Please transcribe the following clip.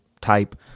type